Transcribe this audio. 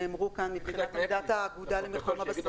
אני מהאגודה למלחמה בסרטן.